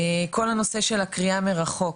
כל הנושא של הקריאה מרחוק,